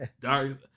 dark